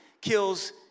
kills